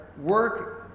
work